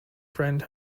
friend